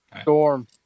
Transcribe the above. Storm